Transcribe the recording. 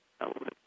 element